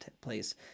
place